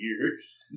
years